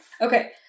Okay